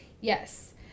Yes